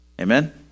Amen